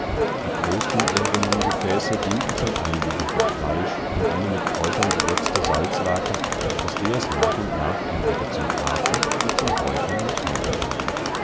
die größten irdenen gefäße dienten zum einlegen von fleisch in eine mit kräutern gewürzte salzlake aus der es nach und nach entweder zum braten oder räuchern entnommen wurde